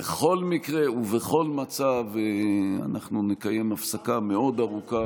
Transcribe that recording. בכל מקרה ובכל מצב אנחנו נקיים הפסקה מאוד ארוכה,